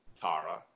Tara